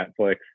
Netflix